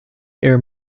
air